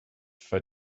for